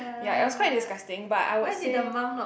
ya it was quite disgusting but I would say